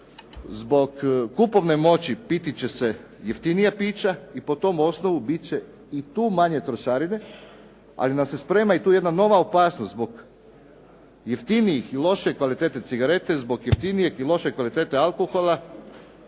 zbog kupovne moći piti će se jeftinija pića i po tom osnovu bit će i tu manje trošarine, ali nam se sprema i tu jedna nova opasnost zbog jeftinije i lošije kvalitete cigarete, zbog jeftinijeg i lošije kvalitete alkohola,